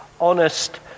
honest